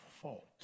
fault